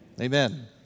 Amen